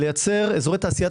לייצר אזורי תעשייה,